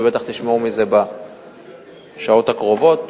ובטח תשמעו על זה בשעות הקרובות,